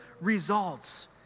results